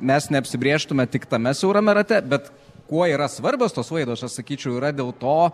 mes neapsibrėžtume tik tame siaurame rate bet kuo yra svarbios tos laidos aš sakyčiau yra dėl to